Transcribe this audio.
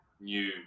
new